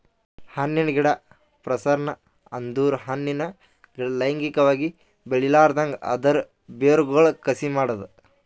ಹಣ್ಣಿನ ಗಿಡ ಪ್ರಸರಣ ಅಂದುರ್ ಹಣ್ಣಿನ ಗಿಡ ಲೈಂಗಿಕವಾಗಿ ಬೆಳಿಲಾರ್ದಂಗ್ ಅದರ್ ಬೇರಗೊಳ್ ಕಸಿ ಮಾಡದ್